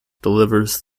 delivers